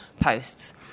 posts